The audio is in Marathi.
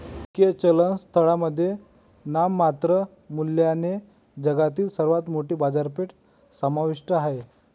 परकीय चलन स्थळांमध्ये नाममात्र मूल्याने जगातील सर्वात मोठी बाजारपेठ समाविष्ट आहे